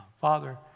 Father